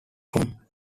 from